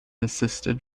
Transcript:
assisted